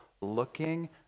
looking